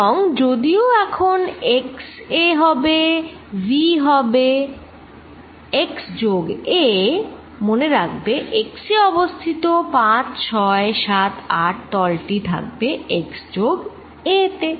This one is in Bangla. এবং যদিও এখন x এ v হবে x যোগ a মনে রাখবে x এ অবস্থিত 5 6 7 8 তলটি থাকবে x যোগ a তে